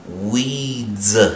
Weeds